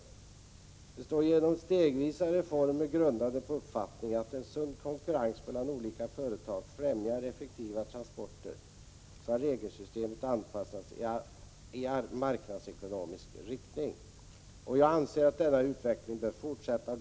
Där står på s. 11: ”Genom stegvisa reformer grundade på uppfattningen att en sund konkurrens mellan olika trafikföretag främjar effektiva transporter har regelsystemet anpassats i marknadsekonomisk riktning. Jag anser att denna utveckling bör fortsätta.